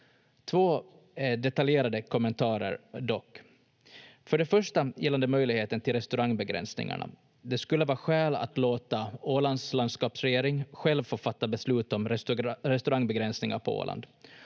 Två detaljerade kommentarer dock. För det första gällande möjligheten till restaurangbegränsningarna: Det skulle vara skäl att låta Ålands landskapsregering själv få fatta beslut om restaurangbegränsningar på Åland.